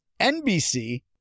NBC